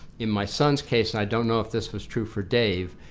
in my son's case and i don't know if this was true for dave,